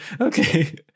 Okay